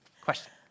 question